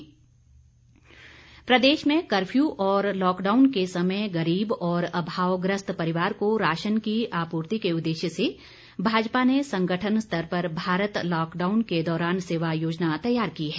बिंदल प्रदेश में कर्फ्यू और लॉकडाउन के समय गरीब और अभावग्रस्त परिवार को राशन की आपूर्ति के उद्देश्य से भाजपा ने संगठन स्तर पर भारत लॉकडाऊन के दौरान सेवा योजना तैयार की है